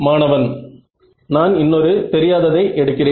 மாணவன் நான் இன்னொரு தெரியாததை எடுக்கிறேன்